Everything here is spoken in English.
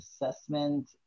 assessment